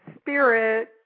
spirit